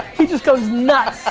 he just goes nuts.